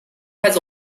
has